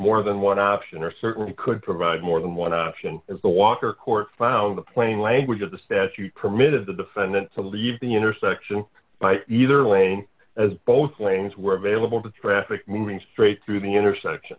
more than one option or certainly could provide more than one option as the walker court found the plain language of the statute permitted the defendant to leave the intersection by either lane as both lanes were available to traffic moving straight through the intersection